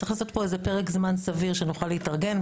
צריך לעשות פה איזה פרק זמן סביר שנוכל להתארגן,